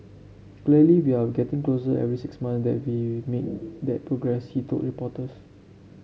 clearly we're getting closer every six month that we made that progress he told reporters